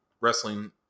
wrestling